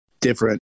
different